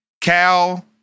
Cal